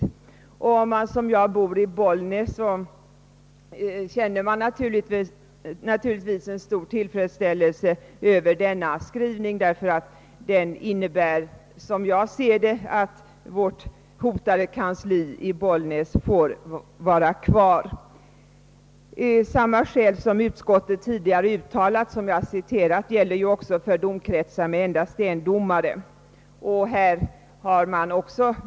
Om man som jag bor i Bollnäs känner man naturligtvis stor tillfredsställelse över denna skrivning. Den innebär i realiteten att vårt hotade kansli i Bollnäs får vara kvar. Samma skäl som utskottet uttalat och som jag åberopat gäller för domkretsar med endast en domare.